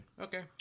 Okay